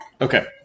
Okay